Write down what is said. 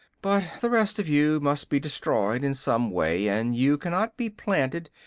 but the rest of you must be destroyed in some way, and you cannot be planted,